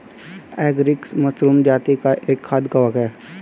agaricus mushroom जाती का एक खाद्य कवक है